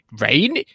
rain